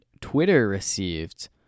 Twitter-received